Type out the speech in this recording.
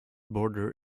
border